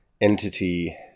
entity